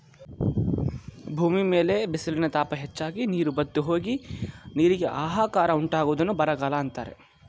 ಭೂಮಿ ಮೇಲೆ ಬಿಸಿಲಿನ ತಾಪ ಹೆಚ್ಚಾಗಿ, ನೀರು ಬತ್ತಿಹೋಗಿ, ನೀರಿಗೆ ಆಹಾಕಾರ ಉಂಟಾಗುವುದನ್ನು ಬರಗಾಲ ಅಂತರೆ